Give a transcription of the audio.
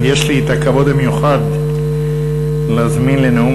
יש לי הכבוד המיוחד להזמין לנאום